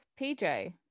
PJ